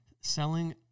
selling